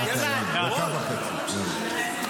יאללה, דקה וחצי, בסדר.